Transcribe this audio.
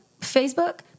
Facebook